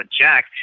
jack